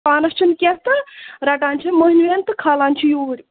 پانَس چھِنہٕ کیٚنٛہہ تہٕ رَٹان چھِ مٔہِنوٮ۪ن تہٕ کھالان چھِ یوٗرۍ